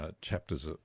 chapters